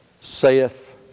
saith